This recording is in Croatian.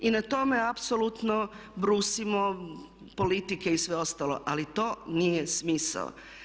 I na tome apsolutno brusimo politike i sve ostalo ali to nije smisao.